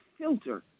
filter